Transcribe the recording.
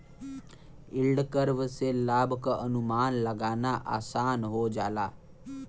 yield curve से लाभ क अनुमान लगाना आसान हो जाला